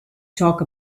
talk